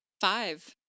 five